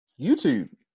YouTube